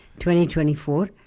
2024